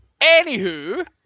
anywho